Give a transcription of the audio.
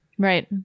Right